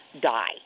die